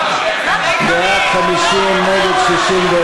50 בעד, 61 נגד.